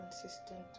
consistent